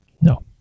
No